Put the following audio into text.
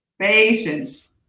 Patience